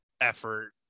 effort